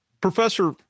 Professor